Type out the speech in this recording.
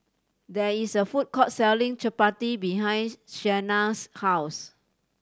there is a food court selling Chapati behind Shania's house